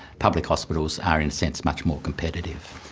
public hospitals are, in a sense, much more competitive.